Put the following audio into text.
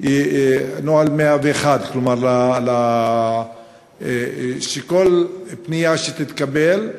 נוהל 101, כלומר שבכל פנייה שתתקבל,